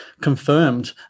confirmed